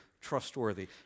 trustworthy